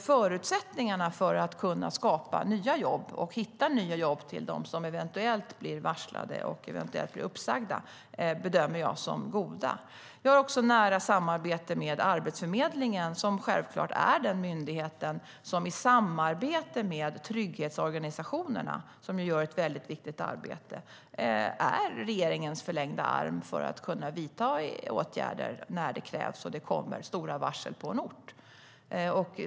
Förutsättningarna för att kunna skapa nya jobb och hitta nya jobb till dem som eventuellt blir varslade eller eventuellt blir uppsagda bedömer jag som goda. Vi har också ett nära samarbete med Arbetsförmedlingen som självklart är den myndighet som i samarbete med trygghetsorganisationerna, som gör ett väldigt viktigt arbete, är regeringens förlängda arm för att kunna vidta åtgärder när det krävs och det kommer stora varsel på en ort.